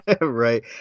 Right